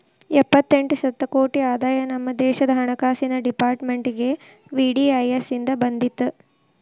ಎಪ್ಪತ್ತೆಂಟ ಶತಕೋಟಿ ಆದಾಯ ನಮ ದೇಶದ್ ಹಣಕಾಸಿನ್ ಡೆಪಾರ್ಟ್ಮೆಂಟ್ಗೆ ವಿ.ಡಿ.ಐ.ಎಸ್ ಇಂದ್ ಬಂದಿತ್